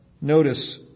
notice